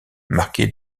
marqué